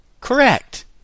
Correct